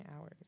hours